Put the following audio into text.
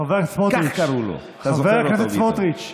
חבר הכנסת סמוטריץ', חבר הכנסת סמוטריץ',